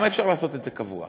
למה אי-אפשר לעשות את זה קבוע?